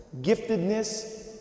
giftedness